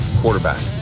quarterback